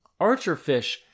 Archerfish